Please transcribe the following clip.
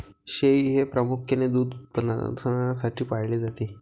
शेळी हे प्रामुख्याने दूध उत्पादनासाठी पाळले जाते